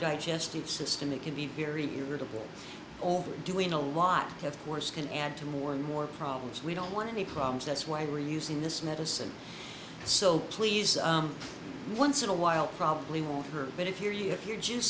digestive system it can be very irritable over doing a lot of course can add to more and more problems we don't want any problems that's why we're using this medicine so please once in a while probably water but if you're you if you're ju